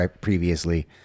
previously